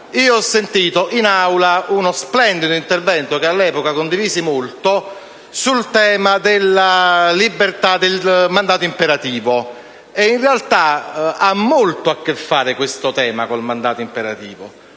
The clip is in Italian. ho sentito in Aula uno splendido intervento che all'epoca condivisi molto sul tema del mandato imperativo e, in realtà, ha molto a che fare questo tema con il mandato imperativo.